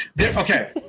okay